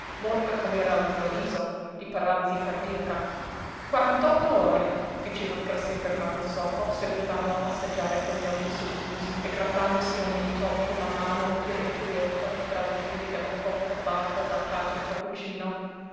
morta com'era all'improvviso di paralisi cardiaca quarantotto ore diceva fra sé bernardo sopo seguitando a passeggiare con gli occhi socchiusi e grattandosi il mento con la mano irrequieta tra i peli della folta barba da padre cappuccino